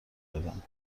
بدم